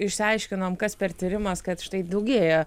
išsiaiškinom kas per tyrimas kad štai daugėja